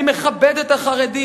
אני מכבד את החרדים,